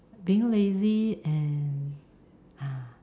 being lazy and ah